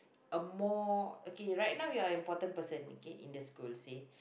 a more okay right now you are important person okay in the school say